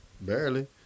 Barely